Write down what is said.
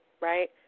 right